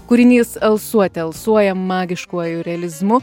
kūrinys alsuote alsuoja magiškuoju realizmu